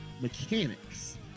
mechanics